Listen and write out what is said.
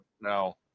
No